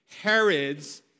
Herods